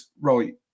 Right